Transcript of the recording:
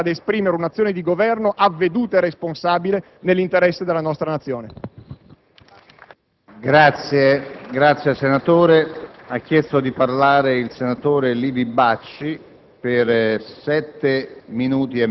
è esattamente il contrario di quanto serve ad una politica delle integrazioni. Voi create le premesse per la nascita di sacche esplosive di disagio, di emarginazione e di potenziale illegalità. In poche parole, state creando le premesse per la disgregazione del nostro Paese: